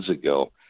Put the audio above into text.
ago